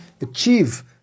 achieve